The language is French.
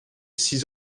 six